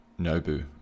Nobu